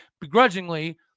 begrudgingly